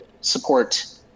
support